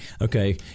Okay